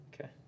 Okay